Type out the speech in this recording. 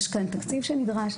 יש כאן תקציב שנדרש.